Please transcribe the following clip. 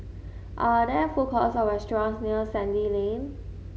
are there food courts or restaurants near Sandy Lane